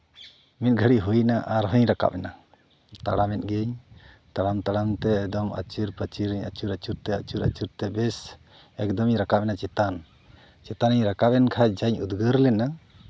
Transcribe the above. ᱢᱤᱫ ᱜᱷᱟᱹᱲᱤᱡ ᱦᱩᱭᱱᱟ ᱟᱨᱦᱚᱧ ᱨᱟᱠᱟᱵᱱᱟ ᱛᱟᱲᱟᱢᱮᱫ ᱜᱤᱭᱟᱹᱧ ᱛᱟᱲᱟᱢ ᱛᱟᱲᱟᱢ ᱛᱮ ᱮᱠᱫᱚᱢ ᱟᱹᱪᱤᱨ ᱯᱟᱹᱪᱤᱨ ᱤᱧ ᱟᱹᱪᱩᱨ ᱟᱹᱪᱩᱨ ᱛᱮ ᱟᱹᱪᱩᱨ ᱟᱹᱪᱩᱨ ᱛᱮ ᱵᱮᱥ ᱮᱠᱫᱚᱢᱤᱧ ᱨᱟᱠᱟᱵ ᱮᱱᱟ ᱪᱮᱛᱟᱱ ᱪᱮᱛᱟᱱ ᱤᱧ ᱨᱟᱠᱟᱵ ᱮᱱ ᱠᱷᱟᱱ ᱡᱟᱧ ᱩᱫᱽᱜᱟᱹᱨ ᱞᱮᱱᱟ